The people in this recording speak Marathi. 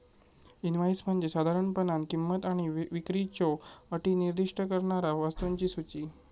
इनव्हॉइस म्हणजे साधारणपणान किंमत आणि विक्रीच्यो अटी निर्दिष्ट करणारा वस्तूंची सूची